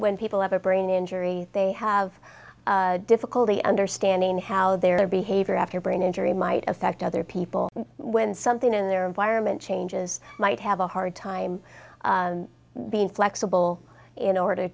when people have a brain injury they have difficulty understanding how their behavior after brain injury might affect other people when something in their environment changes might have a hard time being flexible in order